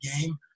game